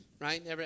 right